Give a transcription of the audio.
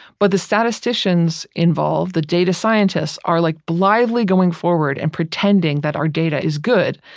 but the statisticians involved, the data scientists are like blindly going forward and pretending that our data is good,